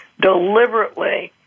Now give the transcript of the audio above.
deliberately